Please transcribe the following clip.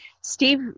Steve